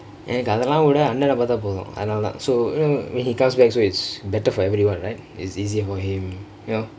எனக்கு அதெல்லாம்விட அண்ணண பாத்தா போதும் அதனால:enakku athalaamvida annanna paathaa pothum athanaala so when he comes back so it's better for everyone right it's easier for him you know